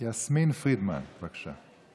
יסמין פרידמן, בבקשה.